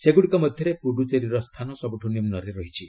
ସେଗୁଡ଼ିକ ମଧ୍ୟରେ ପୁଡୁଚେରୀର ସ୍ଥାନ ସବୁଠୁ ନିମ୍ବରେ ରହିଛି